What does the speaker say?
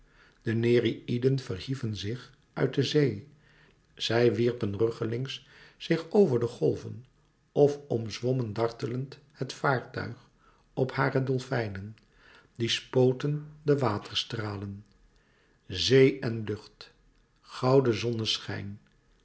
de nereïden verhieven zich uit de zee zij wierpen ruggelings zich over de golven of omzwommen dartelend het vaartuig op hare dolfijnen die spoten de waterstralen zee en lucht gouden zonneschijn